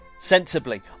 Sensibly